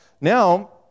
Now